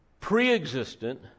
pre-existent